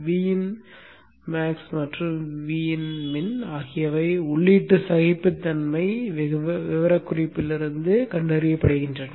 Vinmax மற்றும் Vinmin ஆகியவை உள்ளீட்டு சகிப்புத்தன்மை விவரக்குறிப்பிலிருந்து கண்டறியப்படுகின்றன